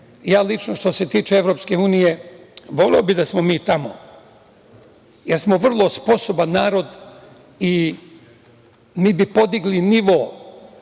Lično, što se tiče EU, voleo bih da smo tamo, jer smo vrlo sposoban narod i mi bi podigli nivo